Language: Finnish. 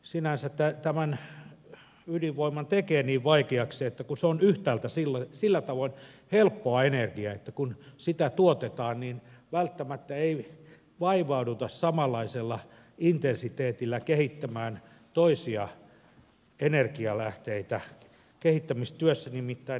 sinänsä tämän ydinvoiman tekee niin vaikeaksi se että se on yhtäältä sillä tavoin helppoa energiaa että kun sitä tuotetaan niin välttämättä ei vaivauduta samanlaisella intensiteetillä kehittämään toisia energialähteitä kehittämistyössä nimittäin näet pelkät puheet eivät riitä